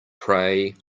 pray